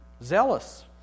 Zealous